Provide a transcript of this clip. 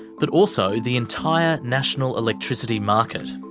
but also the entire national electricity market.